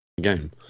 game